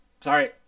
Sorry